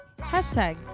Hashtag